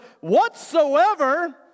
whatsoever